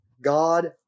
God